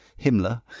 Himmler